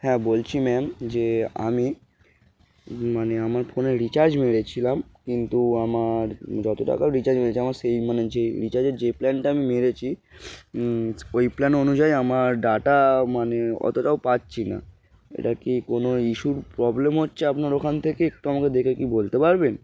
হ্যাঁ বলছি ম্যাম যে আমি মানে আমার ফোনে রিচার্জ মেরেছিলাম কিন্তু আমার যত টাকাও রিচার্জ মেরেছে আমার সেই মানে যেই রিচার্জের যে প্ল্যানটা আমি মেরেছি ওই প্ল্যান অনুযায়ী আমার ডাটা মানে অতটাও পাচ্ছি না এটা কি কোনো ইস্যুর প্রবলেম হচ্ছে আপনার ওখান থেকে একটু আমাকে দেখে কি বলতে পারবেন